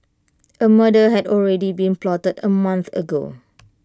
A murder had already been plotted A month ago